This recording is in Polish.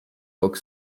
rok